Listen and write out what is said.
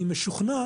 אני משוכנע